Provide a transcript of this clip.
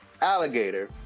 Alligator